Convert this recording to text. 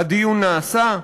הדיון נעשה.